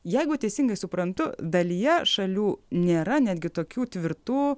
jeigu teisingai suprantu dalyje šalių nėra netgi tokių tvirtų